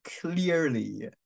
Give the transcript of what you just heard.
clearly